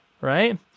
right